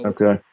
Okay